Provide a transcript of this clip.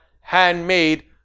handmade